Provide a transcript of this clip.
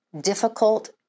difficult